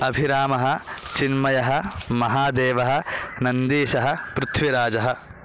अभिरामः चिन्मयः महादेवः नन्दीशः पृथिवीराजः